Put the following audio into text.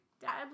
Dad